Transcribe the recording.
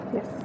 Yes